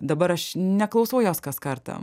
dabar aš neklausau jos kas kartą